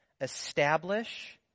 Establish